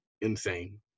insane